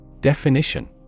definition